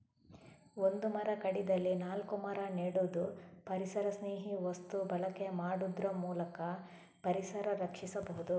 ಒಂದು ಮರ ಕಡಿದಲ್ಲಿ ನಾಲ್ಕು ಮರ ನೆಡುದು, ಪರಿಸರಸ್ನೇಹಿ ವಸ್ತು ಬಳಕೆ ಮಾಡುದ್ರ ಮೂಲಕ ಪರಿಸರ ರಕ್ಷಿಸಬಹುದು